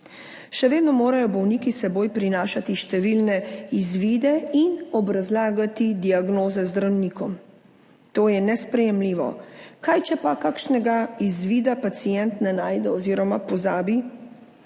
Še vedno morajo bolniki s seboj prinašati številne izvide in obrazlagati diagnoze zdravnikom. To je nesprejemljivo. Kaj če pa kakšnega izvida pacient ne najde oziroma pozabi?